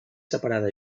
separada